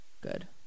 Good